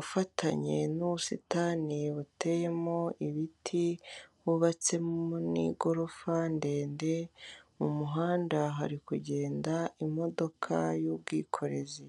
ufatanye n'ubusitani buteyemo ibiti hubatsemo n'igorofa ndende, mu muhanda hari kugenda imodoka y'ubwikorezi.